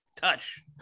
touch